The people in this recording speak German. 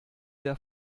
der